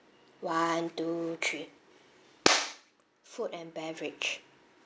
one two three food and beverage